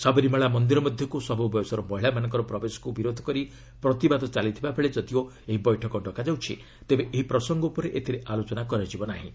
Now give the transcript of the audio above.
ସାବରିମାଳା ମନ୍ଦିର ମଧ୍ୟକୁ ସବୁ ବୟସର ମହିଳାମାନଙ୍କ ପ୍ରବେଶକୁ ବିରୋଧ କରି ପ୍ରତିବାଦ ଚାଲିଥିବାବେଳେ ଯଦିଓ ଏହି ବୈଠକ ଡକାଯାଉଛି ତେବେ ଏହି ପ୍ରସଙ୍ଗ ଉପରେ ଏଥିରେ ଆଲୋଚନା ହେବ ନାହିଁ